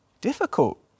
difficult